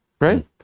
right